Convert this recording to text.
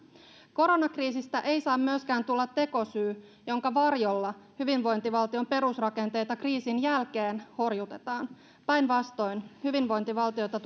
koronakriisistä ei saa myöskään tulla tekosyy jonka varjolla hyvinvointivaltion perusrakenteita kriisin jälkeen horjutetaan päinvastoin hyvinvointivaltiota